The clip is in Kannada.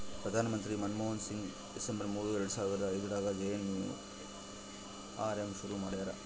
ಪ್ರಧಾನ ಮಂತ್ರಿ ಮನ್ಮೋಹನ್ ಸಿಂಗ್ ಡಿಸೆಂಬರ್ ಮೂರು ಎರಡು ಸಾವರ ಐದ್ರಗಾ ಜೆ.ಎನ್.ಎನ್.ಯು.ಆರ್.ಎಮ್ ಶುರು ಮಾಡ್ಯರ